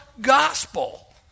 gospel